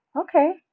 okay